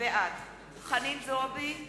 בעד חנין זועבי,